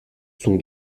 sont